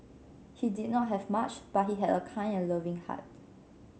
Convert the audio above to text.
he did not have much but he had a kind and loving heart